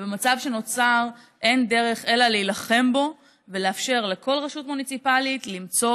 ובמצב שנוצר איך דרך אלא להילחם בו ולאפשר לכל רשות מוניציפלית למצוא